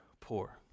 poor